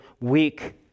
weak